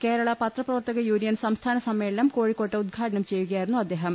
കേരള പത്രപ്രവർത്തക യൂണിയൻ സംസ്ഥാന സമ്മേളനം കോഴിക്കോട്ട് ഉദ്ഘാടനം ചെയ്യുകയായിരുന്നു അദ്ദേഹം